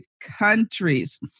countries